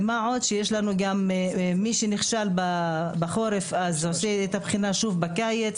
מה עוד שמי שנכשל בחורף עושה את הבחינה שוב בקיץ,